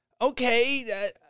okay